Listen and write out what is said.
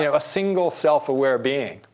a single, self-aware being.